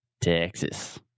Texas